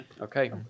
Okay